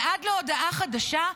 ועד להודעה חדשה,